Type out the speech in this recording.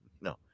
no